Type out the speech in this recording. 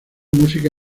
música